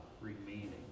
remaining